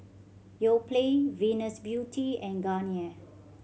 Yoplait Venus Beauty and Garnier